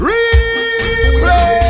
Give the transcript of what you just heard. Replay